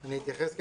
אני אתייחס.